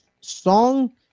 song